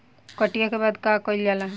कटिया के बाद का कइल जाला?